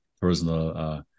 personal